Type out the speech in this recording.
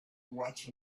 watch